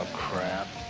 crap.